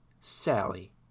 Sally